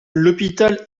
l’hôpital